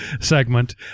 segment